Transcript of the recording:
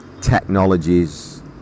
technologies